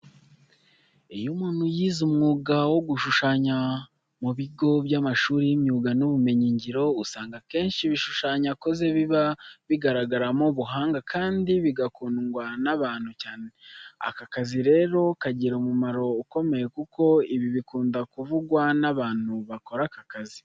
Iyo umuntu yize umwuga wo gushushanya mu bigo by'amashuri y'imyuga n'ubumenyingiro, usanga akenshi ibishushanyo akoze biba bigaragaramo ubuhanga kandi bigakundwa n'abantu cyane. Aka kazi rero kagira umumaro ukomeye kuko ibi bikunda kuvugwa n'abantu bakora aka kazi.